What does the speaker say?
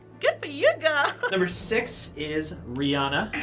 good for you, girl. number six is rihanna.